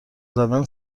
زدن